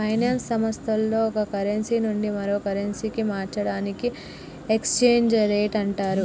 finance సంస్థల్లో ఒక currency నుండి మరో కరెన్సీకి మార్చడాన్ని ఎక్స్చేంజ్ రేట్ అంటరు